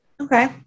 Okay